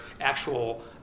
actual